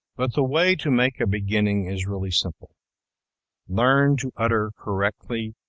but the way to make a beginning is really simple learn to utter correctly,